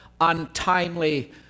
untimely